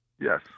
Yes